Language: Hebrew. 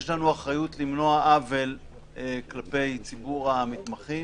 יש לנו אחריות למנוע עוול כלפי ציבור המתמחים